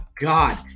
God